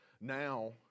Now